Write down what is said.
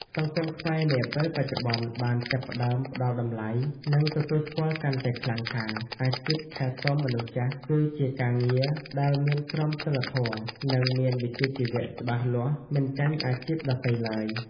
សង្គមខ្មែរនាពេលបច្ចុប្បន្នបានចាប់ផ្តើមផ្តល់តម្លៃ និងទទួលស្គាល់កាន់តែខ្លាំងថា អាជីពថែទាំមនុស្សចាស់គឺជាការងារដែលមានក្រមសីលធម៌ និងមានវិជ្ជាជីវៈច្បាស់លាស់មិនចាញ់អាជីពដទៃឡើយ។